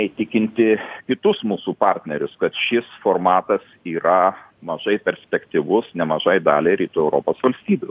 įtikinti kitus mūsų partnerius kad šis formatas yra mažai perspektyvus nemažai daliai rytų europos valstybių